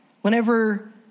Whenever